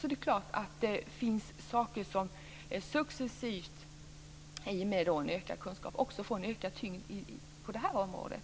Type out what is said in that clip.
Det är klart att det finns saker som successivt i och med en ökad kunskap också får ökad tyngd på det här området.